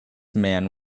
man